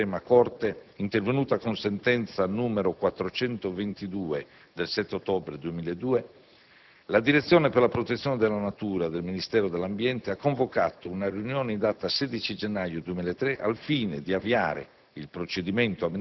da parte della Suprema corte, intervenuta con sentenza n. 422 del 7 ottobre 2002, la direzione per la protezione della natura del Ministero dell'ambiente ha convocato una riunione, in data 16 gennaio 2003, al fine di avviare